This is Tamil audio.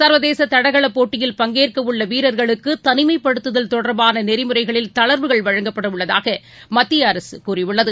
சர்வதேச தடகள போட்டியில் பங்கேற்கவுள்ள வீரர்களுக்கு தனிமைப்படுத்துதல் தொடர்பான நெறிமுறைகளில் தளர்வுகள் வழங்கப்படவுள்ளதாக மத்திய அரசு கூறியுள்ளது